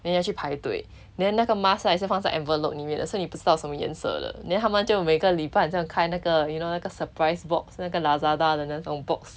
then 你要去排队 then 那个 mask 是还是放在 envelope so 你不知道什么颜色的 then 他们就每个礼拜这样开那个 you know 那个 surprise box 那个 lazada 的那种 box